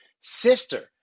sister